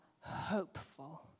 hopeful